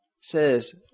says